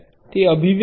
તે અભિવ્યક્તિ છે